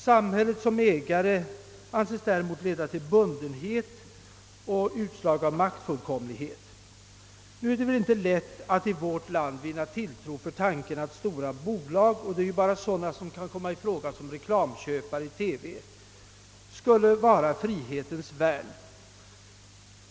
Samhället som ägare av radio och TV anses däremot leda till bundenhet och maktfullkomlighet. Nu är det väl inte så lätt att i vårt land vinna tilltro för påståendet, att stora bolag — och det är väl bara sådana som kan komma i fråga som reklamköpare — skulle vara frihetens värn.